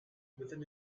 within